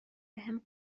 بهم